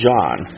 John